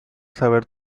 saber